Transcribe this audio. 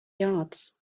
yards